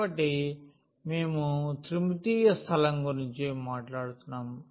కాబట్టి మేము త్రిమితీయ స్థలం గురించి మాట్లాడుతున్నాము